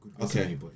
okay